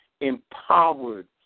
empowered